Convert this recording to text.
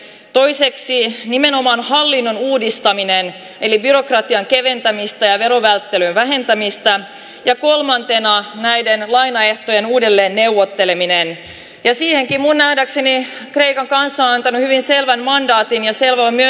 toiseksi nimenomaan hallinnon uudistaminen eli byrokratian keventämistä ja välttelee vähentämistä ja kolmantena on näiden lainaehtojen uudelleen neuvotteleminen ja siihenkin munadakseni kreikan kanssa on hyvin selvä mandaattini asevoimia